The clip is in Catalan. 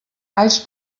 alls